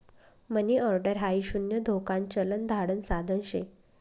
मनी order हाई शून्य धोकान चलन धाडण साधन शे